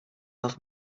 off